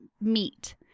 meat